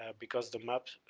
ah because the map,